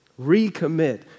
recommit